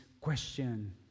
question